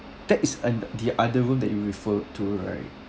that is an the other room that you referred to right